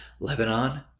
Lebanon